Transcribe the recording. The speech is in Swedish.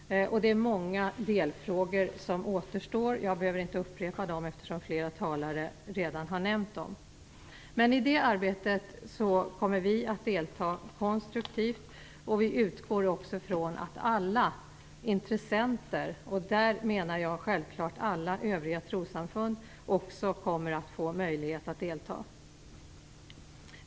Det är många delfrågor som återstår. Jag behöver inte upprepa dem eftersom flera talare redan har nämnt dem. Men i det arbetet kommer vi att delta konstruktivt, och vi utgår också från att alla intressenter - med det menar jag självfallet alla övriga trossamfund - också kommer att få möjlighet att delta.